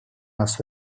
нас